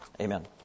Amen